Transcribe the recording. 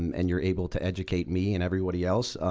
um and you're able to educate me and everybody else,